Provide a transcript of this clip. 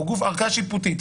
או ערכאה שיפוטית,